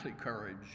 courage